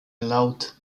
laut